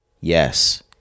Yes